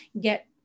get